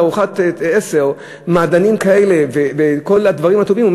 בארוחת עשר מעדנים כאלה וכל הדברים הטובים,